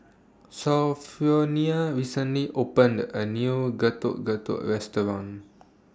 Sophronia recently opened A New Getuk Getuk Restaurant